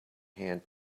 hand